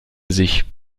sich